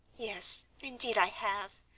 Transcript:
yes, indeed i have.